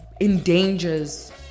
endangers